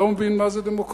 לא מבין מה זה דמוקרטיה